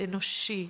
אנושי,